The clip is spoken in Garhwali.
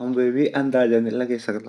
हम वेगु अंदाज़ा नी लगे सकदा।